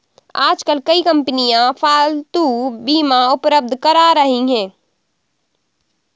आजकल कई कंपनियां पालतू बीमा उपलब्ध करा रही है